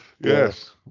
Yes